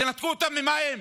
תנתקו אותם ממים?